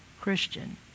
Christian